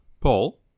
Paul